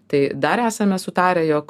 tai dar esame sutarę jog